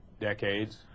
decades